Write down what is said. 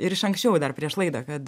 ir iš anksčiau dar prieš laidą kad